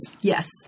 Yes